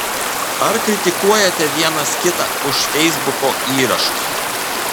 ar kritikuojate vienas kitą už feisbuko įrašus